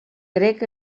grec